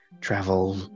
travel